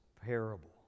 parable